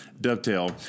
Dovetail